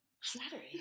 flattery